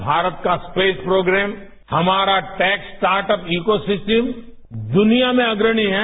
आज भारत का space programme हमारा टेक स्टार्टअप इकोसिस्टम दुनिया में अग्रणी है